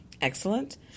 Excellent